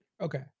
okay